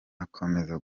akomeza